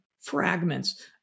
fragments